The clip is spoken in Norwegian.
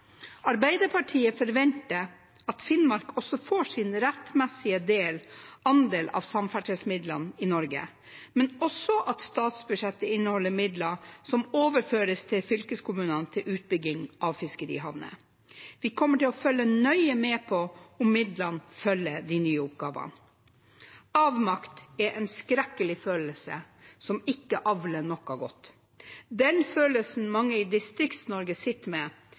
Arbeiderpartiet forventer at Finnmark får sin rettmessige andel av samferdselsmidlene i Norge, men også at statsbudsjettet inneholder midler som overføres til fylkeskommunene til utbygging av fiskerihavner. Vi kommer til å følge nøye med på om midlene følger de nye oppgavene. Avmakt er en skrekkelig følelse som ikke avler noe godt. Den følelsen mange i Distrikts-Norge sitter med,